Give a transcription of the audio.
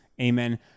Amen